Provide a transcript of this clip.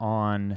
on